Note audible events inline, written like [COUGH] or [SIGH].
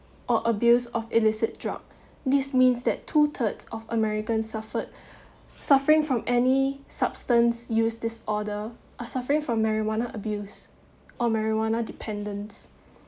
or abuse of illicit drug this means that two thirds of american suffered [BREATH] suffering from any substance use disorder are suffering from marijuana abuse or marijuana dependence